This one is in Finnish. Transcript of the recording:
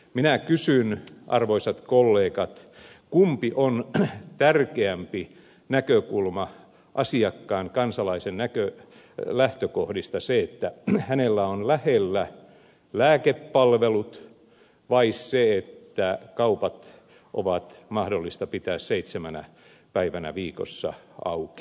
minä kysyn arvoisat kollegat kumpi on tärkeämpi näkökulma asiakkaan kansalaisen lähtökohdista se että hänellä on lähellä lääkepalvelut vai se että kaupat on mahdollista pitää seitsemänä päivänä viikossa auki